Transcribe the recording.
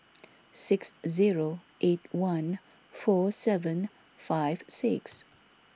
six zero eight one four seven five six